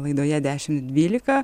laidoje dešim dvylika